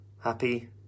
happy